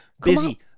busy